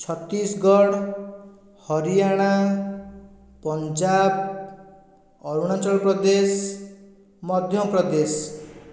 Chhattisgarh Haryana Punjab Arunachal Pradesh Madhya Pradesh